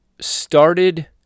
started